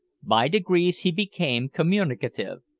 by degrees he became communicative,